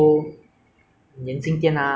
你要中餐就有海底捞